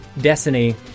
Destiny